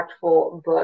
book